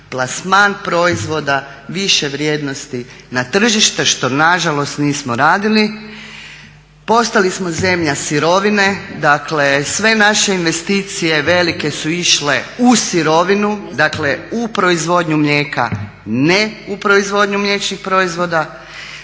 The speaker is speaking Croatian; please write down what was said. plasman proizvoda više vrijednosti na tržište što nažalost nismo radili, postali smo zemlja sirovine. Dakle, sve naše investicije velike su išle u sirovinu, u proizvodnju mlijeka, ne u proizvodnju mliječnih proizvoda.